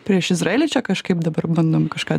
prieš izraelį čia kažkaip dabar bandom kažką